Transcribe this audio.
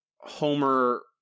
Homer